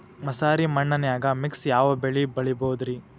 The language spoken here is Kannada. ಮಸಾರಿ ಮಣ್ಣನ್ಯಾಗ ಮಿಕ್ಸ್ ಯಾವ ಬೆಳಿ ಬೆಳಿಬೊದ್ರೇ?